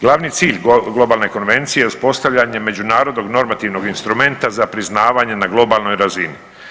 Glavni cilj Globalne konvencije je uspostavljanje međunarodnog normativnog instrumenta za priznavanje na globalnoj razini.